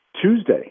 Tuesday